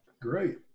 great